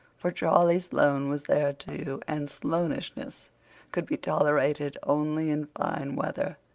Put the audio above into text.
for charlie sloane was there, too, and sloanishness could be tolerated only in fine weather.